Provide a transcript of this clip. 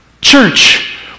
Church